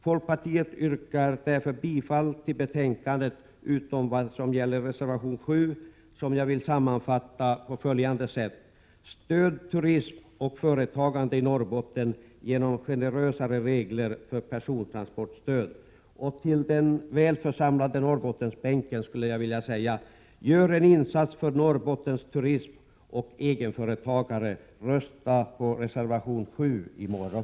Folkpartiet yrkar därför bifall till betänkandet utom vad gäller reservation 7, som jag vill sammanfatta på följande sätt: Stöd turism och företagande i Norrbotten genom generösare regler för persontransportstöd! Till den väl församlade Norrbottensbänken skulle jag vilja säga: Gör en insats för Norrbottens turism och egenföretagare, rösta på reservation 7 i morgon!